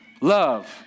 love